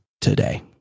today